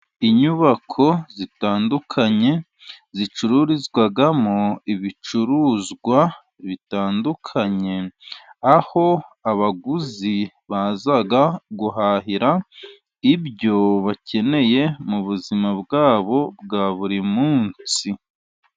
Inyubako zitandukanye, zicururizwamo ibicuruzwa bitandukanye, aho abaguzi baza guhahira, ibyo bakeneye mu buzima bwabo bwa buri munsi.